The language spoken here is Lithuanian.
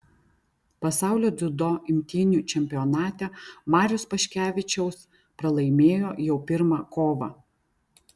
pasaulio dziudo imtynių čempionate marius paškevičiaus pralaimėjo jau pirmą kovą